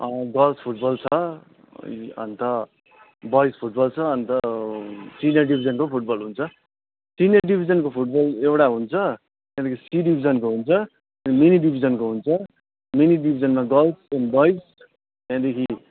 girls football छ अन्त boys football छ अन्त सिनियर डिभिजनको फुट बल हुन्छ सिनियर डिभिजनको फुट बल एउटा हुन्छ त्यहाँदेखि सी डिभिजनको हुन्छ त्यहाँदेखि मिनी डिभिजनको हुन्छ मिनी डिभिजनमा गर्ल्स एन बोइज त्यहाँदेखि